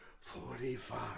Forty-five